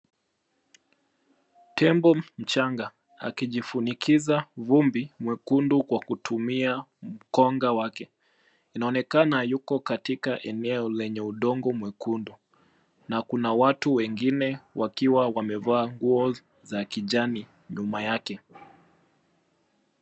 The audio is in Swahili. Tembo mchanga akijifunikiza vumbi mwekundu kwa kutumia mkonga wake. Anaonekana yuko katika eneo lenye udongo mwekundu na kuna watu wengine wakiwa wamevaa nguo za kijani nyuma yake.